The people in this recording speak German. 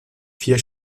vier